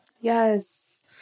Yes